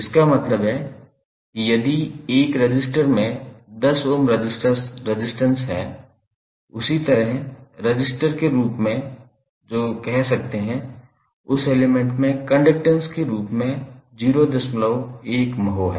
इसका मतलब है कि यदि 1 रजिस्टर में 10 ओम रेजिस्टेंस है उसी तरह रजिस्टर के रूप में जो आप कह सकते हैं उस एलिमेंट में कंडक्टैंस के रूप में 01 mho है